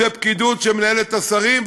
זה פקידות שמנהלת את השרים,